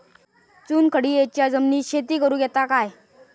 चुनखडीयेच्या जमिनीत शेती करुक येता काय?